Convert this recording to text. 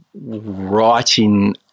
writing